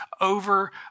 over